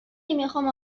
نمیخام